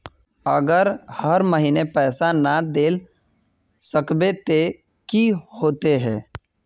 अगर हर महीने पैसा ना देल सकबे ते की होते है?